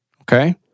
okay